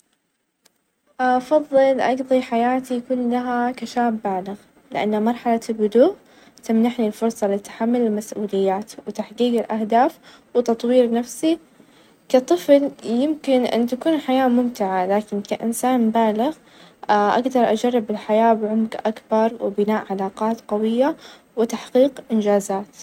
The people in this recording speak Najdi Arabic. أ أفظل في رحلة مع شريكي؛ لأن الرحلة مع الشريك يمنحك فرصة لتعزيز العلاقات، وتقوية الروابط، يعني يمدينا مشاركة لحظات خاصة معًا ،استكشف مكان جديد كفريق، بينما الرحلات مع الأصدقاء ممتعة، لكن الوقت مع الشريك -يكو- يكون له طبع أعمق ،وأكثر حميمة.